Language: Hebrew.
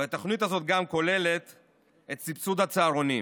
והתוכנית הזאת גם כוללת את סבסוד הצהרונים.